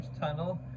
Tunnel